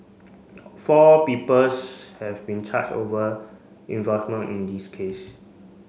four peoples have been charged over involvement in this case